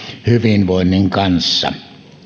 hyvinvoinnin kanssa